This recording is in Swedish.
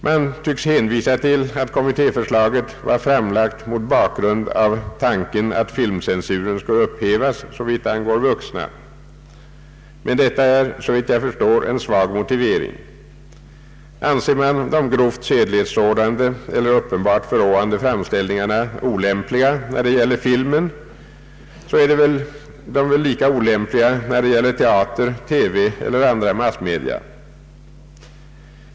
Man tycks hänvisa till att kommitteéförslaget var framlagt mot bakgrund av tanken att filmcensuren skulle upphävas såvitt angår vuxna. Men detta är efter vad jag kan förstå en svag motivering. Anser man de grovt sedlighetssårande eller uppenbart förråande framställningarna olämpliga när det gäller filmen, är det väl lika olämplig när det gäller teater, TV eller andra massmedia.